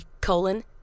colon